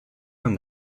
from